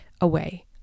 away